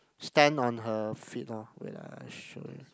stand on her feet lor wait ah I show you